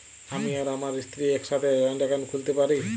আমি আর আমার স্ত্রী কি একসাথে জয়েন্ট অ্যাকাউন্ট খুলতে পারি?